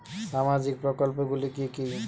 সামাজিক প্রকল্পগুলি কি কি?